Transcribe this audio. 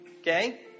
Okay